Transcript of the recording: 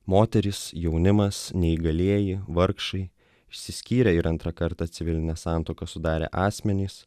moterys jaunimas neįgalieji vargšai išsiskyrę ir antrą kartą civilinę santuoką sudarę asmenys